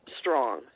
strong